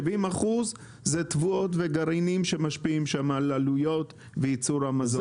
70% זה תבואות וגרעינים שמשפיעים שם על עלויות וייצור המזון.